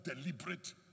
deliberate